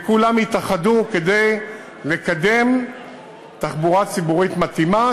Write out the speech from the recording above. וכולם יתאחדו כדי לקדם תחבורה ציבורית מתאימה,